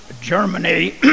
Germany